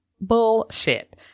bullshit